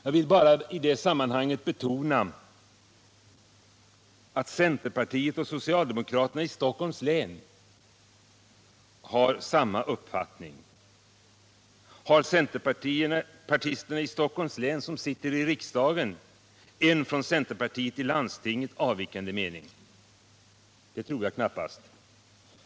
Jag vill bara i det sammanhanget betona att centerpartiet och socialdemokraterna i Stockholms län har samma uppfattning. Har de centerpartister i Stockholms län som sitter i riksdagen en från centerpartiet i landstinget avvikande mening? Det tror jag knappast.